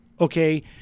okay